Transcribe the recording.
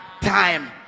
time